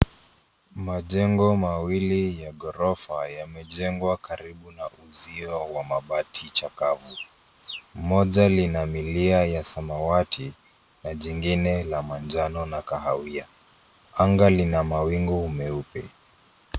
Majengo mawili ya ghorofa yamejengwa karibu na uzio wa mabati chakavu. Moja lina milia ya samawati na jingine la manjano na kahawia. Anga lina mawingu meupe.